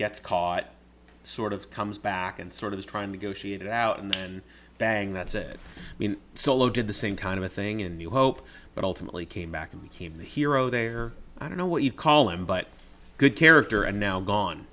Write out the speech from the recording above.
gets caught sort of comes back and sort of is trying to go shoot it out and then bang that's it i mean solo did the same kind of thing in new hope but ultimately came back and became the hero there i don't know what you call him but good character and now gone